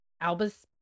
Albus